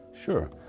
Sure